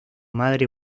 madre